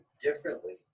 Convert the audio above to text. differently